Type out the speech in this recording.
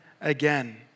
again